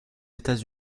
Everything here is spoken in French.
états